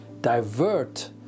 divert